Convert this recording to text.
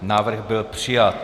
Návrh byl přijat.